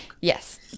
Yes